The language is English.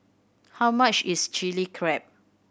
how much is Chili Crab